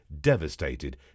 devastated